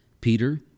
Peter